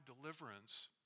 deliverance